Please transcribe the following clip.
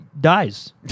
dies